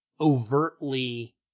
overtly